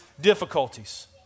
difficulties